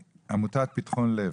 עמותת פתחון לב,